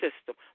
system